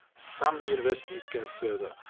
some universities go further,